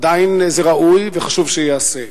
עדיין זה ראוי, וחשוב שייעשה.